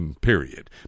period